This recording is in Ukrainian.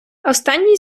останній